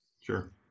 Sure